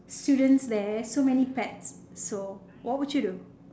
students there so many pets so what would you do